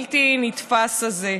הבלתי-נתפס הזה.